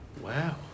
Wow